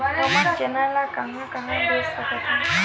हमन चना ल कहां कहा बेच सकथन?